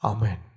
Amen